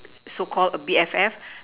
so called BFF